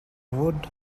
would